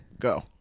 Go